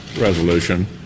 resolution